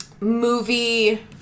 movie